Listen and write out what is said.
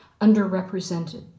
underrepresented